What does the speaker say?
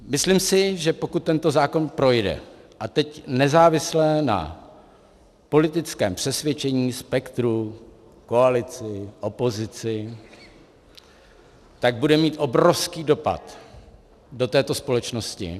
Myslím si, že pokud tento zákon projde a teď nezávisle na politickém přesvědčení, spektru, koalici, opozici tak bude mít obrovský dopad do této společnosti.